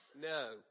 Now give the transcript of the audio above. No